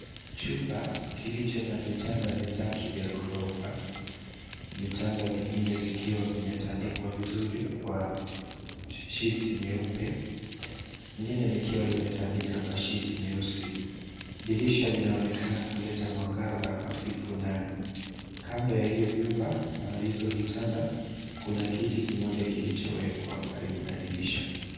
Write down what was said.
Chumba kilicho na vitanda vitatu vya gorofa, vitanda vingine vikiwa vimetandikwa vizuri kwa sheets nyeupe, lingine likiwa limetandikwa kwa sheets nyeusi. Dirisha linaonekana kuleta mwangaza hafifu ndani. Kando ya hizo vitanda, kuna kiti kimoja kilichowekwa karibu na dirisha.